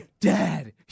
Dad